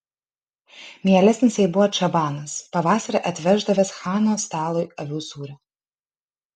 mielesnis jai buvo čabanas pavasarį atveždavęs chano stalui avių sūrio